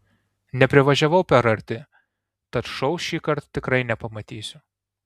neprivažiavau per arti tad šou šįkart tikrai nepamatysiu